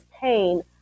pain